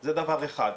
זה דבר אחד.